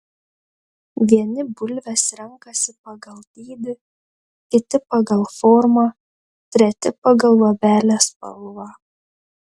vieni bulves renkasi pagal dydį kiti pagal formą treti pagal luobelės spalvą